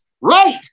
right